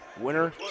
Winner